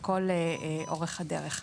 לכל אורך הדרך.